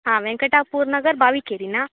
ಹಾಂ ವೆಂಕಟಾಪುರ ನಗರ ಬಾವಿಕೇರಿಯಾ